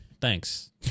Thanks